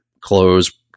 close